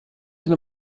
sind